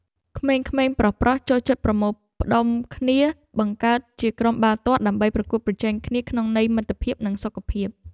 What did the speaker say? ក្មេងប្រុសៗចូលចិត្តប្រមូលផ្ដុំគ្នាបង្កើតជាក្រុមបាល់ទាត់ដើម្បីប្រកួតប្រជែងគ្នាក្នុងន័យមិត្តភាពនិងសុខភាព។